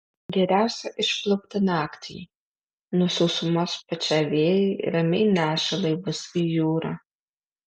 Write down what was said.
geriausia išplaukti naktį nuo sausumos pučią vėjai ramiai neša laivus į jūrą